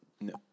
No